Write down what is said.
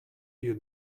you